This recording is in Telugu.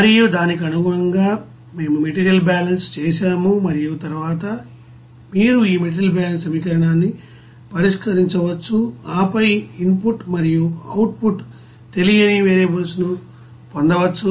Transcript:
మరియు దానికి అనుగుణంగా మేము మెటీరియల్ బ్యాలెన్స్ చేసాము మరియు తరువాత మీరు ఈ మెటీరియల్ బ్యాలెన్స్ సమీకరణాన్ని పరిష్కరించవచ్చు ఆపై ఇన్ పుట్ మరియు అవుట్ పుట్ తెలియని వేరియబుల్స్ ను పొందవచ్చు